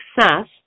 success